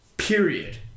Period